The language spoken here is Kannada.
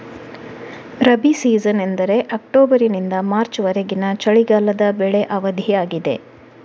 ರಬಿ ಸೀಸನ್ ಎಂದರೆ ಅಕ್ಟೋಬರಿನಿಂದ ಮಾರ್ಚ್ ವರೆಗಿನ ಚಳಿಗಾಲದ ಬೆಳೆ ಅವಧಿಯಾಗಿದೆ